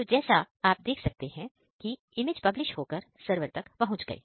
तो जैसा आप देख सकते हैं कि इमेज पब्लिश होकर सरवर तक पहुंच गई